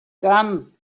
gun